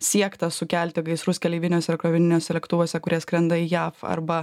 siekta sukelti gaisrus keleiviniuose ir krovininiuose lėktuvuose kurie skrenda į jav arba